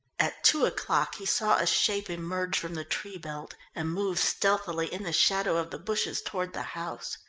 at two o'clock he saw a shape emerge from the tree belt and move stealthily in the shadow of the bushes toward the house.